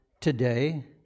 today